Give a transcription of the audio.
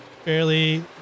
fairly